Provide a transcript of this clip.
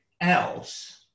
else